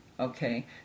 Okay